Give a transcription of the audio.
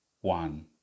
one